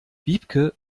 wiebke